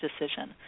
decision